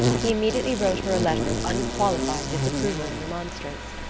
he immediately wrote her a letter of unqualified disapproval and remonstrance.